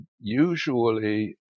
usually